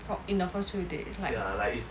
for like in the first few dates like